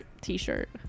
T-shirt